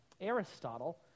Aristotle